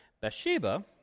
Bathsheba